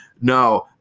No